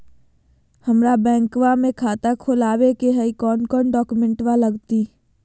हमरा बैंकवा मे खाता खोलाबे के हई कौन कौन डॉक्यूमेंटवा लगती?